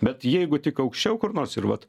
bet jeigu tik aukščiau kur nors ir vat